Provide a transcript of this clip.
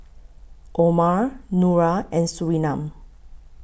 Omar Nura and Surinam